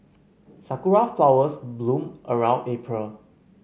sakura flowers bloom around April